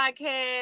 podcast